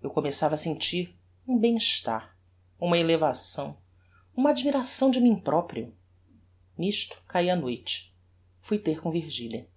eu começava a sentir um bem-estar uma elevação uma admiração de mim proprio nisto caía a noite fui ter com virgilia